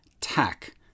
tack